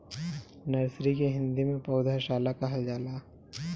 nursery के हिंदी में पौधशाला कहल जाला